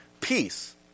peace